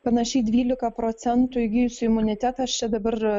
panašiai dvylika procentų įgijusių imunitetą aš čia dabar